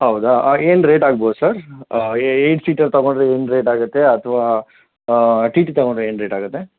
ಹೌದಾ ಏನು ರೇಟ್ ಆಗ್ಬೋದು ಸರ್ ಏಯ್ಟ್ ಸೀಟರ್ ತಗೊಂಡರೆ ಏನು ರೇಟ್ ಆಗುತ್ತೆ ಅಥವಾ ಟಿ ಟಿ ತಗೊಂಡರೆ ಏನು ರೇಟ್ ಆಗುತ್ತೆ